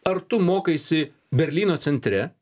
ar tu mokaisi berlyno centre